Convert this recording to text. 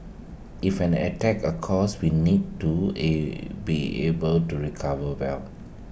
if an attack occurs we need to IT be able to recover well